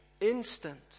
instant